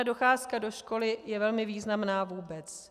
Docházka do školy je velmi významná vůbec.